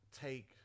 take